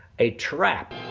a trap.